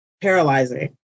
paralyzing